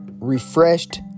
refreshed